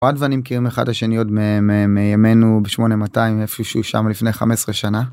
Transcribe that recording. אוהד ואני מכיריםם אחד את השני עוד מימינו ב-8200 איפשהו שם לפני 15 שנה.